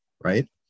right